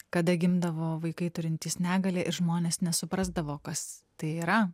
kada gimdavo vaikai turintys negalią ir žmonės nesuprasdavo kas tai yra